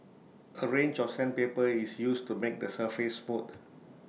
A range of sandpaper is used to make the surface smooth